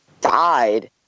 died